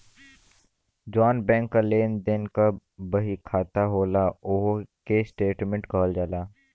जौन बैंक क लेन देन क बहिखाता होला ओही के स्टेट्मेंट कहल जाला